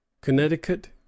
connecticut